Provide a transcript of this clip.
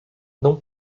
não